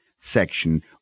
section